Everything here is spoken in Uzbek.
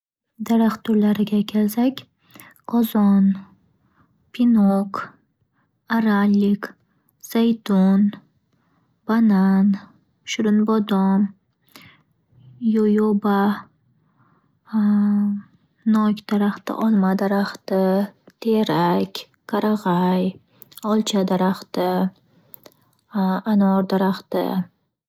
Daraxt turlariga kelsak: qozon, pinok, arallik, zaytun, banan, shirinbodom, yoyoba, nok daraxti, olma daraxti, terak, qarag'ay, olcha daraxti, anor daraxti.